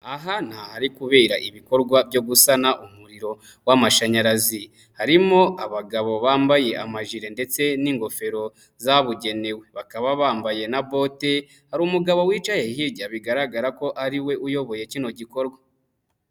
Aha ni ahari kubera ibikorwa byo gusana umuriro w'amashanyarazi, harimo abagabo bambaye amajile ndetse n'ingofero zabugenewe, bakaba bambaye na bote. Hari umugabo wicaye hirya, bigaragara ko ariwe uyoboye kino gikorwa.